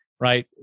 right